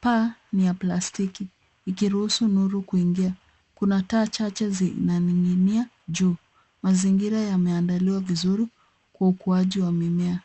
Paa, ni ya plastiki ikiruhusu nuru kuingia. Kuna taa chache zinaning'inia juu. Mazingira yameandaliwa vizuri, kwa ukuaji wa mimea.